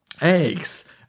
eggs